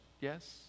Yes